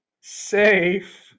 Safe